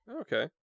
Okay